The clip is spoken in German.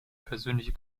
persönliche